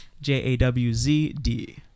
j-a-w-z-d